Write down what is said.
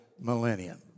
millennium